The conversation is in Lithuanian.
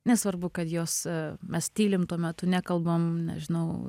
nesvarbu kad jos mes tylim tuo metu nekalbam nežinau